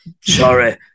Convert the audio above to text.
Sorry